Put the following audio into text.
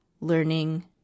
learning